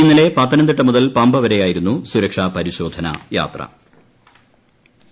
ഇന്നലെ പൃത്തനംതിട്ട മുതൽ പമ്പ വരെയായിരുന്നു സുരക്ഷാ പരിശോധന യാത്രി